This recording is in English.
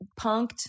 punked